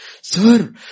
sir